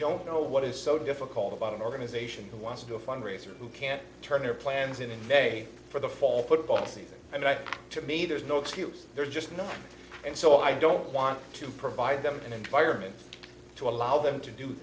don't know what is so difficult about an organization who wants to a fundraiser who can turn their plans in may for the fall football season and right to me there's no excuse there's just nothing and so i don't want to provide them an environment to allow them to do